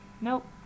nope